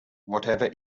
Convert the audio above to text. whatever